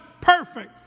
perfect